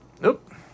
Nope